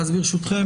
ברשותכם,